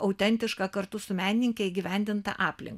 autentišką kartu su menininke įgyvendintą aplinką